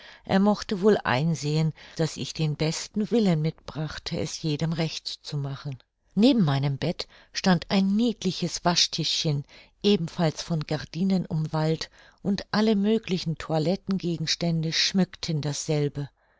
er mochte wohl einsehen daß ich den besten willen mitbrachte es jedem recht zu machen neben meinem bett stand ein niedliches waschtischchen ebenfalls von gardinen umwallt und alle möglichen toilettengegenstände schmückten dasselbe